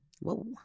Whoa